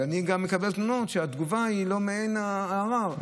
אבל אני גם מקבל תלונות שהתגובה היא לא מעניין הערר.